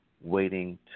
waiting